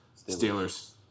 Steelers